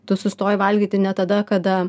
tu sustoji valgyti ne tada kada